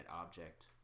object